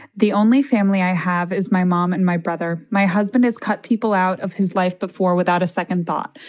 the only family i have is my mom and my brother. my husband is cut people out of his life before without a second thought.